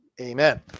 Amen